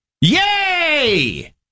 Yay